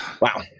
Wow